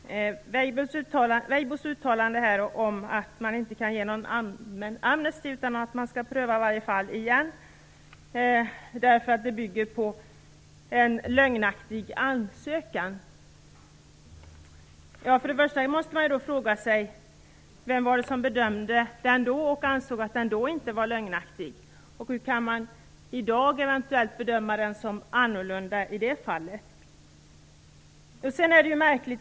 Jag vill säga något om Weibos uttalande om att det inte kan ges någon allmän amnesti utan att varje fall skall prövas igen därför att beslutet bygger på en lögnaktig ansökan. Man måste fråga sig vem det var som en gång bedömde ansökan och avgjorde att den inte var lögnaktig och hur det kommer sig att den i dag eventuellt kan bedömas annorlunda.